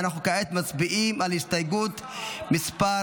כעת אנחנו מצביעים על הסתייגות מס'